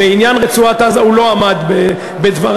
בעניין רצועת-עזה הוא לא עמד בדבריו.